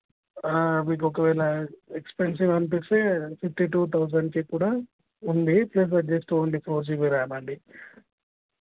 మీకు ఒకవేళ ఎక్స్పెన్సివ్ అనిపిస్తే ఫిఫ్టీ టూ థౌసండ్కి కూడా ఉంది plus just only four GB RAM అండి